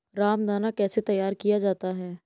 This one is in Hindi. रामदाना कैसे तैयार किया जाता है?